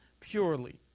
purely